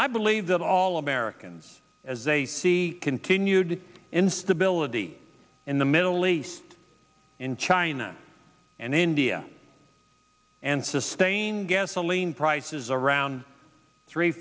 i believe that all americans as they see continued instability in the middle east in china and india and sustain gasoline prices around three